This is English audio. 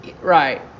right